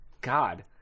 God